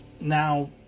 now